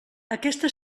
aquesta